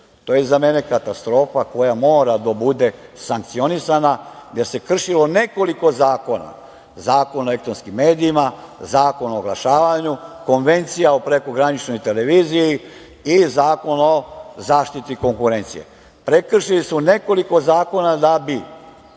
je za mene katastrofa koja mora da bude sankcionisana, jer se kršilo nekoliko zakona - Zakon o elektronskim medijima, Zakon o oglašavanju, Konvencija o prekograničnoj televiziji i Zakon o zaštiti konkurencije. Prekršili su nekoliko zakona da bi